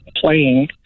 playing